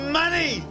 money